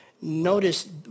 Notice